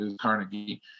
Carnegie